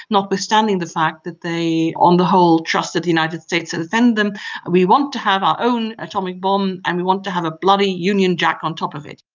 notwithstanding the fact that they on the whole trusted the united states to defend them we want to have our own atomic bomb and we want to have a bloody union jack on top of it.